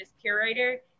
curator